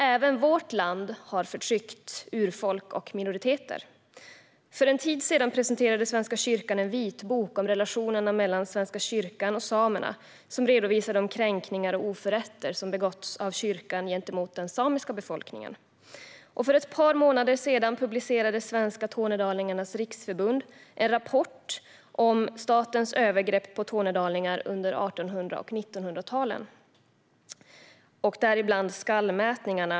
Även vårt land har förtryckt urfolk och minoriteter. För en tid sedan presenterade Svenska kyrkan en vitbok om relationerna mellan Svenska kyrkan och samerna, som redovisar de kränkningar och oförrätter som begåtts av kyrkan gentemot den samiska befolkningen. Och för ett par månader sedan publicerade Svenska Tornedalingars Riksförbund en rapport om statens övergrepp på tornedalingar under 1800 och 1900-talen.